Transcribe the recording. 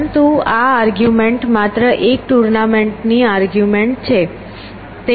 પરંતુ આ આ આર્ગ્યુમેન્ટ માત્ર એક ટૂર્નામેન્ટની આર્ગ્યુમેન્ટ છે